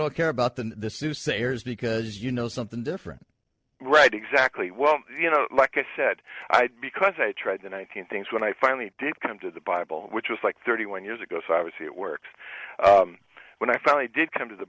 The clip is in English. don't care about them this is sayers because you know something different right exactly well you know like i said i did because i tried the one thousand things when i finally did come to the bible which was like thirty one years ago so i was it works when i finally did come to the